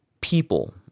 people